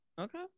okay